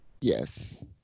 Yes